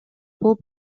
болуп